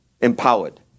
empowered